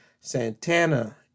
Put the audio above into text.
Santana